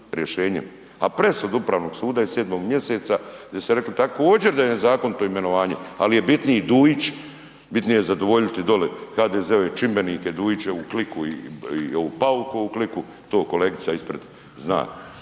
a presudu Upravnog suda iz sedmog mjeseca gdje su rekli također da je nezakonito imenovanje, ali je bitniji Dujić, bitnije je zadovoljiti dolje HDZ-ove čimbenike, Dujićevu kliku i ovoga Paukovu kliku, to kolegica ispred zna.